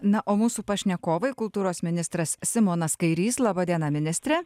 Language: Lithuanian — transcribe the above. na o mūsų pašnekovai kultūros ministras simonas kairys laba diena ministre